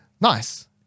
nice